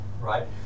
right